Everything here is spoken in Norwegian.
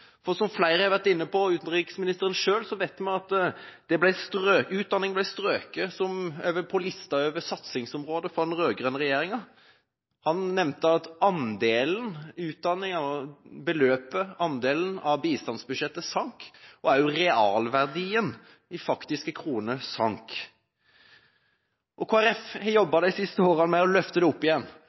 Som flere har vært inne på, også utenriksministeren selv, vet vi at utdanning ble strøket fra lista over satsingsområder for den rød-grønne regjeringa. Han nevnte at andelen til utdanning på bistandsbudsjettet sank, og også realverdien i faktiske kroner sank. Kristelig Folkeparti har de siste årene jobbet med å løfte det opp igjen.